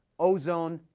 ozone,